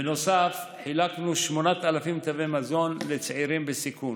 בנוסף, חילקנו 8,000 תווי מזון לצעירים בסיכון.